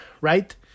right